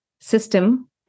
system